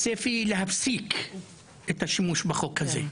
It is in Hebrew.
צפי להפסיק את השימוש בחוק הזה?